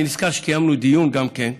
אני נזכר שקיימנו דיון גם כן בוועדה.